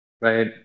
right